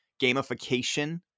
gamification